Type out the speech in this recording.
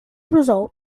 result